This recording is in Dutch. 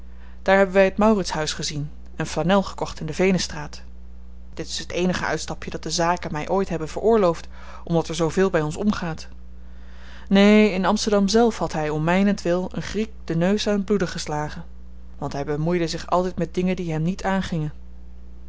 daar hebben wy het mauritshuis gezien en flanel gekocht in de veenestraat dit is het eenige uitstapje dat de zaken my ooit hebben veroorloofd omdat er zooveel by ons omgaat neen in amsterdam zelf had hy om mynentwil een griek den neus aan t bloeden geslagen want hy bemoeide zich altyd met dingen die hem niet aangingen